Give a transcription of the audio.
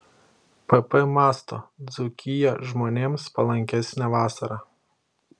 pp mąsto dzūkija žmonėms palankesnė vasarą